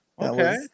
Okay